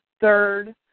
Third